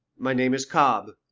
my name is cobb.